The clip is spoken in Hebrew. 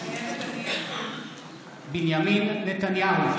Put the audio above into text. מתחייבת אני בנימין נתניהו,